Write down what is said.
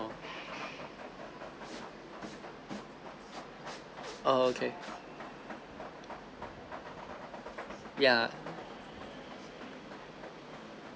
okay ya